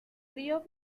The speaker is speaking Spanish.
río